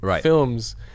films